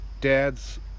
dad's